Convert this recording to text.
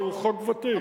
הוא חוק ותיק.